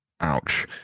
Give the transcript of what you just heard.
Ouch